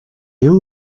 heel